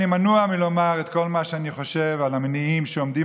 אני מנוע מלומר את כל מה שאני חושב על המניעים שעומדים